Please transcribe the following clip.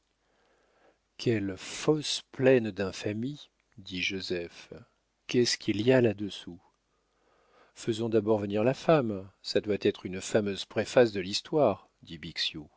quelle fosse pleine d'infamies dit joseph qu'est-ce qu'il y a là-dessous faisons d'abord venir la femme ça doit être une fameuse préface de l'histoire